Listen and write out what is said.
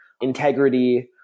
integrity